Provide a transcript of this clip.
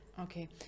Okay